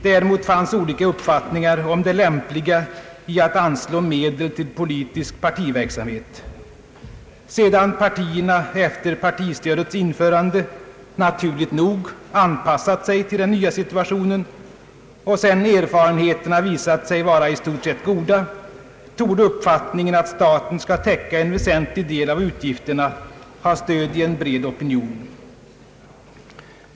Däremot fanns olika uppfattningar om det lämpliga i att anslå statliga medel till politisk partiverksamhet. Sedan partierna efter partistödets införande — naturligt nog — anpassat sig till den nya situationen och sedan erfarenheterna visat sig vara i stort sett goda, torde uppfattningen att staten skall täcka en väsentlig del av utgifterna ha stöd i en bred opinion.